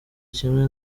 kimwe